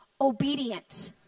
obedient